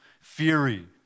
fury